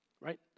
Right